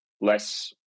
less